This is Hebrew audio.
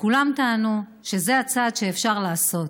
כולם טענו שזה צעד שאפשר לעשות,